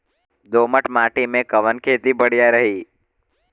दोमट माटी में कवन खेती बढ़िया रही?